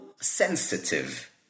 sensitive